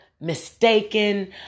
mistaken